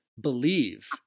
believe